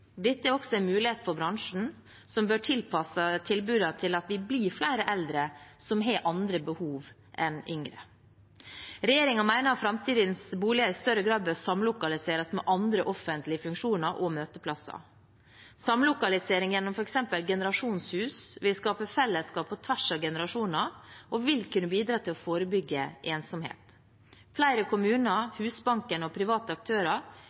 Dette er også en mulighet for bransjen, som bør tilpasse tilbudene til at vi blir flere eldre som har andre behov enn yngre. Regjeringen mener framtidens boliger i større grad bør samlokaliseres med andre offentlige funksjoner og møteplasser. Samlokalisering gjennom f.eks. generasjonshus vil skape fellesskap på tvers av generasjoner og vil kunne bidra til å forebygge ensomhet. Flere kommuner, Husbanken og private aktører